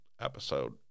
episode